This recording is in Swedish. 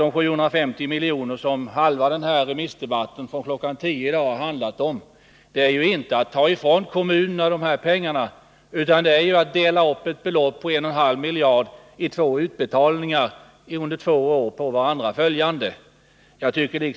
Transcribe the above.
De 750 milj.kr. som halva denna debatt från kl. 10.00 i dag har handlat om skall ju inte tas ifrån kommunerna. Det gäller ju bara att dela upp ett belopp på 1,5 miljarder kronor i två utbetalningar under två på varandra följande år.